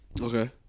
Okay